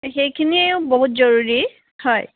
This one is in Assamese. সেইখিনিয়েই বহুত জৰুৰী হয়